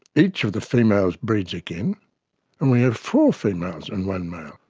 each of the females breeds again and we have four females and one male,